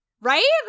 right